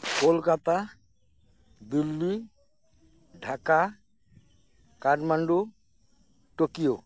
Kolkata Delhi Dhaka Kathmandu Tokyo